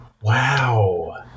Wow